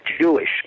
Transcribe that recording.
Jewish